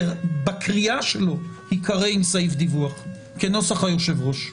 בקריאה שלו, ייקרא עם סעיף דיווח כנוסח היושב-ראש.